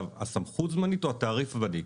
הסמכות זמנית או התעריף זמני?